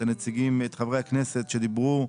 את חברי הכנסת שדיברו,